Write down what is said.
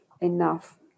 enough